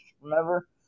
remember